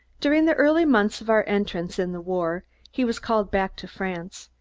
during the early months of our entrance in the war he was called back to france,